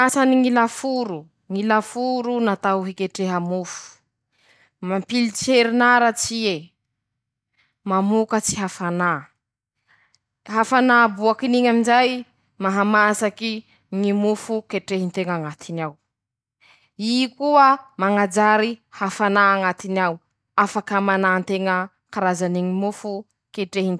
Ñy fomba famokarany ñy lokanga feo: -Ñy fampiasa ñy taly, -Ñy fampiasa ñy fikasiha, -Ñy vibration noho ñy fikendrea ñy feo, -Manahaky anizay ñy fampiasa ñy teboke.